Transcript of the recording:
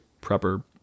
proper